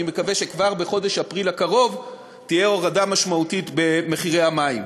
אני מקווה שכבר בחודש אפריל הקרוב תהיה הורדה משמעותית במחירי המים.